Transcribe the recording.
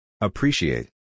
Appreciate